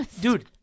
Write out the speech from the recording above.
Dude